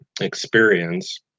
experience